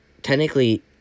Technically